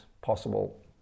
possible